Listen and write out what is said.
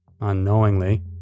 unknowingly